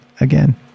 again